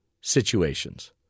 situations